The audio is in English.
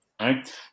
right